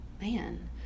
man